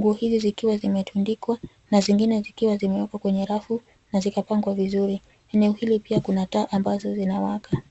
Nguo hizi zikiwa zimetundikwa na zingine zikiwa zimeekwa kwenye rafu na zikapangwa vizuri. Eneo hili pia kuna taa ambazo zinawaka.